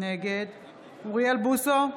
נגד אוריאל בוסו,